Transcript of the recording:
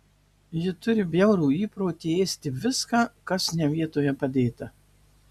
ji turi bjaurų įprotį ėsti viską kas ne vietoje padėta